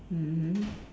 mmhmm